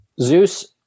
Zeus